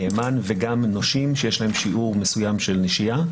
הנאמן וגם נושים שיש להם שיעור מסוים של נשייה.